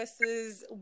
versus